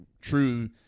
true